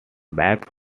badge